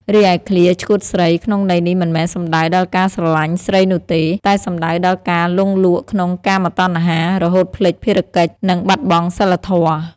រីឯឃ្លា ឆ្កួតស្រី ក្នុងន័យនេះមិនមែនសំដៅដល់ការស្រឡាញ់ស្រីនោះទេ តែសំដៅដល់ការលង់លក់ក្នុងកាមតណ្ហា រហូតភ្លេចភារកិច្ច និងបាត់បង់សីលធម៌។